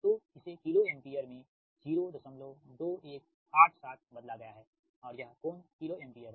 तो इसे kilo ampere में 02187 बदला गया है और यह कोण किलो एम्पीयर है